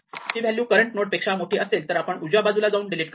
ती value current node पेक्षा मोठी असेल तर आपण उजव्या बाजूला जाऊन डिलीट करू